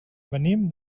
venim